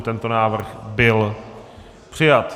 Tento návrh byl přijat.